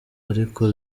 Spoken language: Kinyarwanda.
ariko